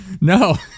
No